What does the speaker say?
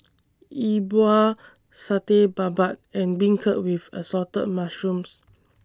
Yi Bua Satay Babat and Beancurd with Assorted Mushrooms